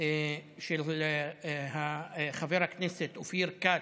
של חבר הכנסת אופיר כץ,